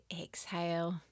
exhale